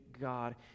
God